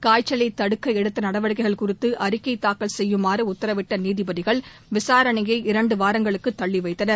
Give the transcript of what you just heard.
காய்ச்சலை தடுக்க எடுத்த நடவடிக்கைகள் குறித்து அறிக்கை தாக்கல் செய்யுமாறு உத்தரவிட்ட நீதிபதிகள் விசாரணையை இரண்டு வாரங்களுக்கு தள்ளி வைத்தனர்